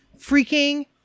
freaking